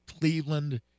Cleveland